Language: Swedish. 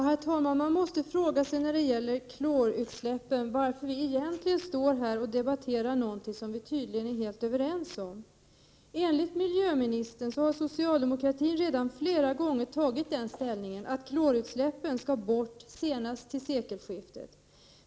Herr talman! Man måste när det gäller klorutsläppen fråga sig varför vi egentligen står här och debatterar någonting som vi tydligen är helt överens om. Enligt miljöministern har socialdemokratin redan flera gånger tagit den ställningen att klorutsläppen skall bort senast till sekelskiftet.